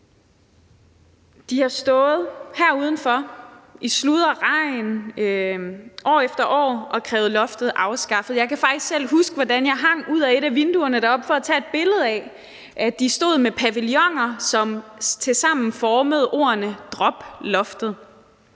De har stået her uden for i regn og slud år efter år og krævet uddannelsesloftet afskaffet. Jeg kan faktisk selv huske, hvordan jeg hang ud af et af vinduerne deroppe for at tage et billede af, at de stod med pavilloner, som tilsammen formede ordene: Drop loftet.